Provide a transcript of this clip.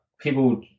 people